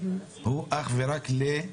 הוא אך ורק ל-